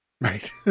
Right